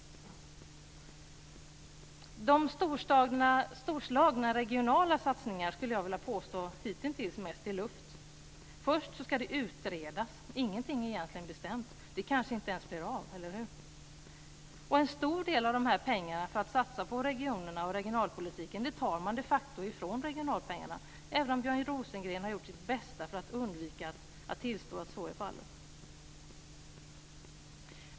Jag skulle vilja påstå att de storslagna regionala satsningarna hitintills mest är luft. Först ska det utredas. Ingenting är egentligen bestämt. Det kanske inte ens blir av, eller hur? En stor del av pengarna till att satsa på regionerna och regionalpolitiken tar man de facto från regionalpengarna, även om Björn Rosengren har gjort sitt bästa för att undvika att tillstå att så är fallet.